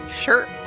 Sure